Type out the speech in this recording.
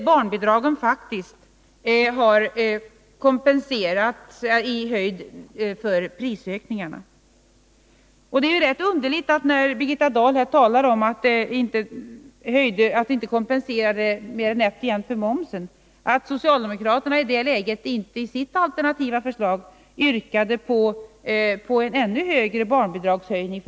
Barnbidragen har faktiskt kompenserat för prisökningarna. När Birgitta Dahl talar om att vi nätt och jämt kompenserat för den höjda momsen är det rätt underligt att socialdemokraterna i det läget i sitt alternativa förslag inte yrkat på ännu högre barnbidrag.